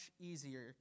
easier